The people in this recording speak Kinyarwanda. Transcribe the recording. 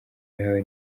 yahawe